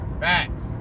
Facts